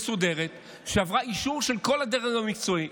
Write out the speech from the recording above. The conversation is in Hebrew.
מסודרת, שעברה אישור של כל הדרג המקצועי.